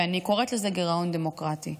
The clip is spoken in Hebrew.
ואני קוראת לזה גירעון דמוקרטי,